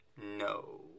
no